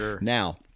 Now